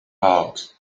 heart